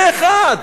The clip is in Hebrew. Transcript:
פה-אחד